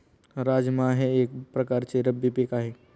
राजमा हे एक प्रकारचे रब्बी पीक आहे